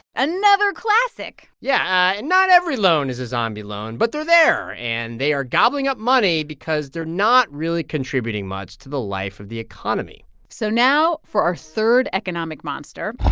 another classic yeah. and not every loan is a zombie loan, but they're there, and they are gobbling up money because they're not really contributing much to the life of the economy so now for our third economic monster